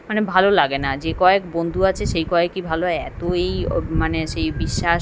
মানে ভালো লাগে না যে কয়েক বন্ধু আছে সেই কয়েকই ভালো এতো এই ও মানে সেই বিশ্বাস